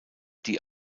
die